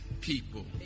people